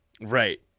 Right